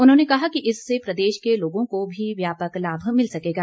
उन्होंने कहा कि इससे प्रदेश के लोगों को भी व्यापक लाभ मिल सकेगा